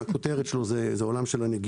הכותרת של השקף הבא היא עולם הנגישות.